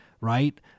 right